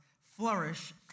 flourish